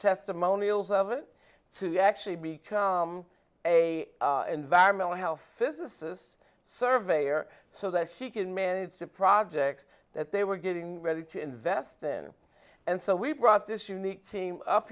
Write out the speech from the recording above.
testimonials of it to actually become a environmental health physicist surveyor so that she can manage a project that they were getting ready to invest in and so we brought this unique team up